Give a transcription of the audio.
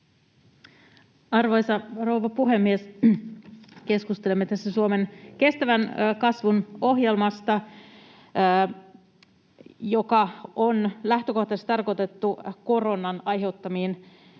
Arvoisa rouva puhemies! Keskustelemme tässä Suomen kestävän kasvun ohjelmasta, joka on lähtökohtaisesti tarkoitettu koronan aiheuttamiin